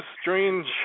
strange